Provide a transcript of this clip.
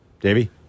Davey